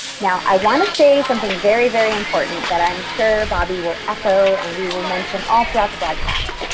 now i want to say something very, very important that i'm sure bobbi will echo and we will mention all throughout the broadcast.